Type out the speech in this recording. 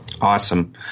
Awesome